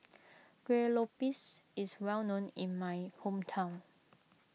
Kueh Lopes is well known in my hometown